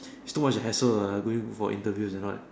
it's too much a hassle lah going for interviews and all that